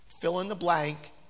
fill-in-the-blank